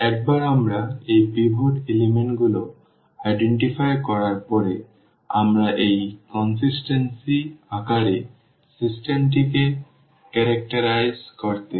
একবার আমরা এই পিভট উপাদানগুলি শনাক্ত করার পরে আমরা এই ধারাবাহিকতার আকারে সিস্টেমটিকে বৈশিষ্ট্যযুক্ত করতে পারি